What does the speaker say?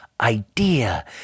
idea